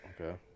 Okay